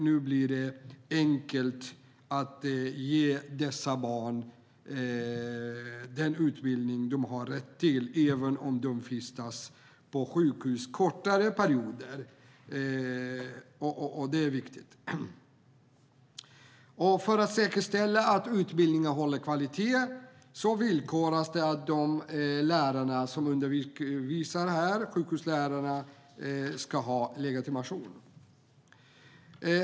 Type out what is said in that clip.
Det blir därmed enklare att ge barnen den utbildning som de har rätt till, även om de vistas på sjukhus under kortare perioder. För att säkerställa att utbildningen håller tillräcklig kvalitet villkoras det genom att de lärare som undervisar på sjukhus ska ha legitimation.